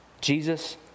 Jesus